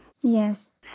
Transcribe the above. Yes